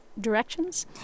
directions